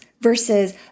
versus